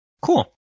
Cool